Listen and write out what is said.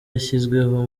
yashyizweho